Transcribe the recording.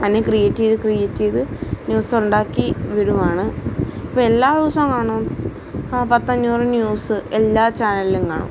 തന്നെ ക്രിയേറ്റ് ചെയ്ത് ക്രിയേറ്റ് ചെയ്ത് ന്യൂസ് ഉണ്ടാക്കി വിടുകയാണ് ഇപ്പോൾ എല്ലാ ദിവസവും കാണും പത്തഞ്ഞൂറ് ന്യൂസ് എല്ലാ ചാനലിലും കാണും